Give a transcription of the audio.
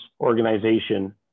organization